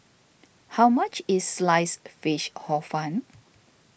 how much is Sliced Fish Hor Fun